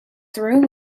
though